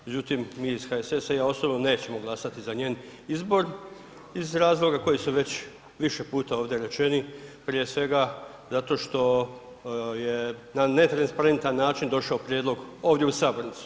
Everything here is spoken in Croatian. Međutim, mi iz HSS-a i ja osobno nećemo glasati za njen izbor iz razloga koji su već više puta ovdje rečeni, prije svega zato što je na ne transparentan način došao prijedlog ovdje u sabornicu.